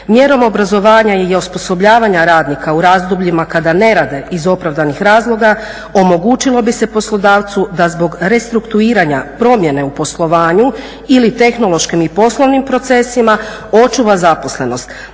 Mjerom obrazovanja i osposobljavanja radnika u razdobljima kada ne rade iz opravdanih razloga omogućilo bi se poslodavcu da zbog restrukturiranja promjene u poslovanju ili tehnološkim i poslovnim procesima očuva zaposlenost